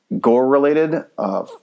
gore-related